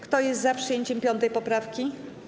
Kto jest za przyjęciem 5. poprawki?